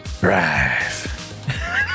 Drive